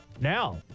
Now